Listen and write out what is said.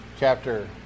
Chapter